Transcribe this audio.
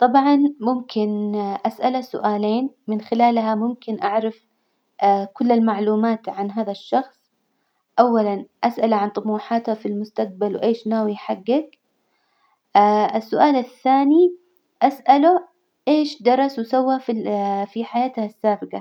طبعا ممكن أسأله سؤالين من خلالها ممكن أعرف كل المعلومات عن هذا الشخص، أولا أسأله عن طموحاته في المستجبل، وإيش ناوي يحجج؟ السؤال الثاني أسأله إيش درس وسوى في في ال- في حياته السابجة؟